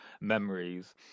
memories